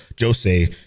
Jose